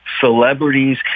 celebrities